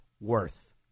worth